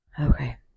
Okay